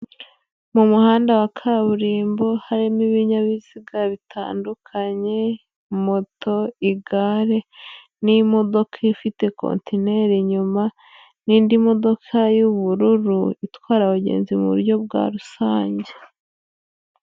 Mu muhanda wa kaburimbo harimo ibinyabiziga bitandukanye: moto, igare n'imodoka ifite kontineri inyuma n'indi modoka y'ubururu itwara abagenzi mu buryo bwa rusange.